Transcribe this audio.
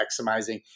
maximizing